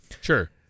Sure